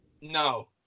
No